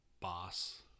boss